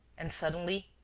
and suddenly,